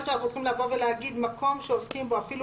יכול להיות שאנחנו צריכים לבוא ולהגיד: מקום שעוסקים אפילו,